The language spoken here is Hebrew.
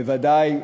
בוודאי,